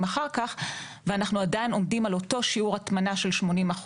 אחרי ועדיין עומדים על אותו שיעור הטמנה של 80%,